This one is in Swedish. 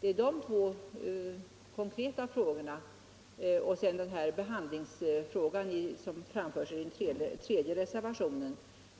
Det är de två konkreta frågorna, plus den behandlingsfråga som berörs i reservationen